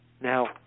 Now